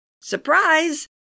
Surprise